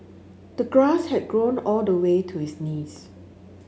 the grass had grown all the way to his knees